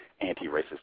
anti-racist